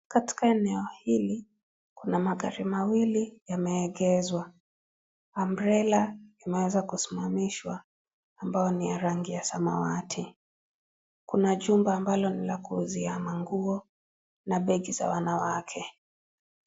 Katika eneo hili kuna magari mawili yameegezwa umbrella imeweza kusimamishwa ambayo ni ya rangi ya samawati kuna jumba ambalo ni la kuuzia manguo na begi za wanawake.